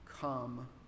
come